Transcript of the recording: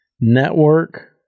network